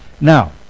Now